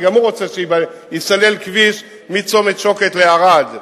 הרי גם הוא רוצה שייסלל כביש מצומת שוקת לערד.